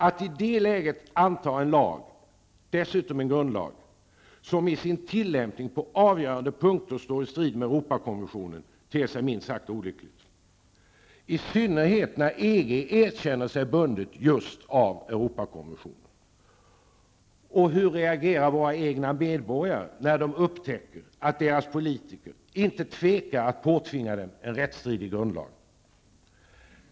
Att i det läget anta en lag, dessutom en grundlag, som i sin tillämpning på avgörande punkter står i strid med Europakonventionen ter sig minst sagt olyckligt -- i synnerhet när EG erkänner sig bundet just av Europakonventionen. Och hur reagerar våra egna medborgare när de upptäcker att deras politiker inte tvekat att påtvinga dem en rättsstridig grundlag?